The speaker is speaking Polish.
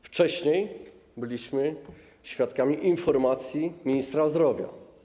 Wcześniej byliśmy świadkami informacji ministra zdrowia.